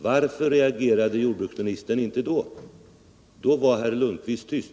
Då var herr Lundkvist tyst.